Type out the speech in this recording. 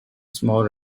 small